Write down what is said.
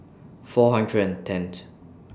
four hundred and tenth